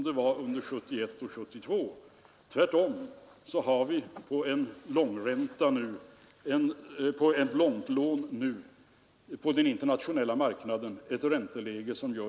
Det är ett dåligt startläge när man går in i en uppåtgående konjunktur — det tror jag att alla kan ge mig rätt i.